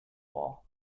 ohr